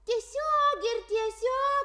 tiesiog ir tiesiog